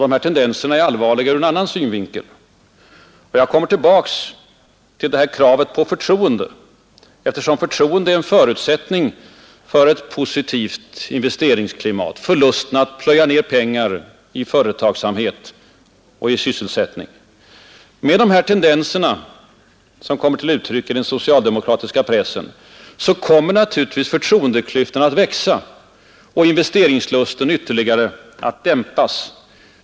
De här tendenserna är allvarliga också ur en annan synvinkel. Jag kommer tillbaka till kravet på förtroende, eftersom förtroende är en förutsättning för ett positivt investeringsklimat, för lusten att plöja ner pengar i företagsamhet och i sysselsättning. Med de här tendenserna, som kommer till uttryck i den socialdemokratiska pressen, kommer naturligtvis förtroendeklyftan att växa och investeringslusten ytterligare att dämpas.